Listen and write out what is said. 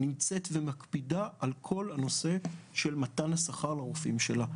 נמצאת ומקפידה על כל הנושא של מתן השכר לרופאים שלה.